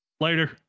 Later